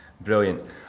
brilliant